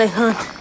hunt